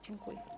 Dziękuję.